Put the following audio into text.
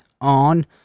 on